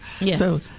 Yes